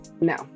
No